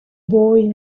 boy